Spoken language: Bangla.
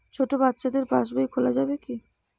ছোট বাচ্চাদের পাশবই খোলা যাবে কি?